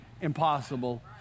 impossible